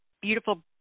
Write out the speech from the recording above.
beautiful